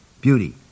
Beauty